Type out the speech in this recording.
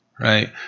right